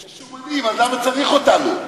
יש שומנים, אז למה צריך אותנו?